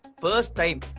first time